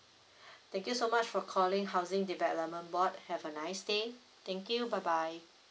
thank you so much for calling housing development board have a nice day thank you bye bye